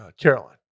Caroline